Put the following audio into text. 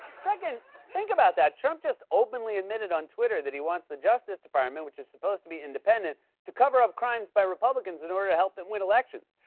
second think about that. trump just openly admitted on twitter that he wants the justice department which is supposed to be independent to cover up crimes by republicans in order to help them win elections.